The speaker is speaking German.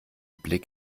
blick